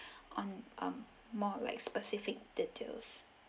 on um more like specific details